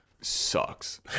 sucks